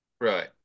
Right